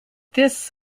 this